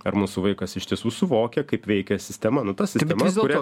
ar mūsų vaikas iš tiesų suvokia kaip veikia sistema nu ta sistema kurią